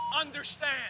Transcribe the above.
Understand